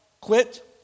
quit